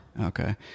Okay